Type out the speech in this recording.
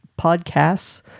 podcasts